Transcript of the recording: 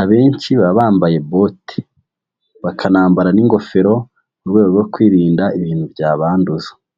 Abenshi baba bambaye bote, bakanambara n'ingofero mu rwego rwo kwirinda ibintu byabanduza.